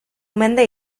mende